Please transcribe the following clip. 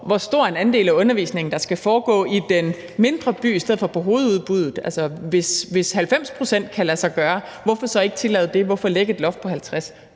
hvor stor en andel af undervisningen der skal foregå i den mindre by i stedet for på hovedudbuddet. Altså, hvis 90 pct. kan lade sig gøre, hvorfor så ikke tillade det, hvorfor lægge et loft på